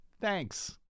Thanks